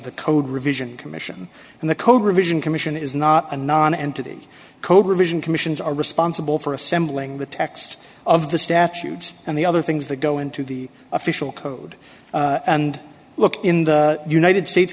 the code revision commission and the code revision commission is not a non entity cobra vision commissions are responsible for assembling the text of the statute and the other things that go into the official code and look in the united states